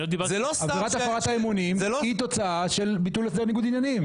עבירת הפרת האמונים היא תוצאה של ביטול הסדר ניגוד עניינים.